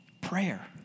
Prayer